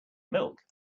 milk